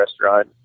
restaurant